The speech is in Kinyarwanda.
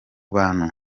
bantu